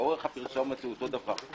ואורך הפרסומת הוא אותו דבר.